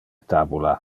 tabula